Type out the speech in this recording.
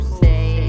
say